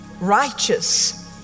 righteous